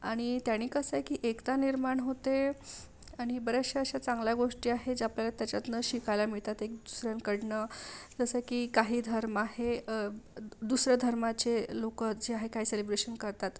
आणि त्यानी कसं आहे की एकता निर्माण होते आणि बऱ्याचशा अशा चांगल्या गोष्टी आहेत ज्या आपल्याला त्याच्यातून शिकायला मिळतात एक दुसऱ्यांकडून जसं की काही धर्म हे द दुसऱ्या धर्माचे लोक जे आहे काही सेलिब्रेशन करतात